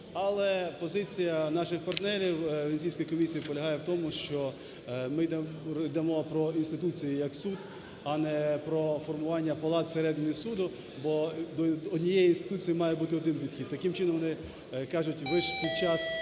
Але позиція наших партнерів, Венеційської комісії, полягає в тому, що ми йдемо про інституцію як суд, а не про формування палат всередині суду, бо до однієї інституції має бути один підхід. Таким чином, кажуть, ви ж під час